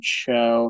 show